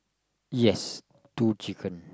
yes two chicken